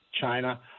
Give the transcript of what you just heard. China